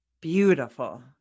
beautiful